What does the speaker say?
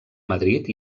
madrid